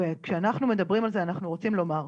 וכשאנחנו מדברים על זה אנחנו רוצים לומר,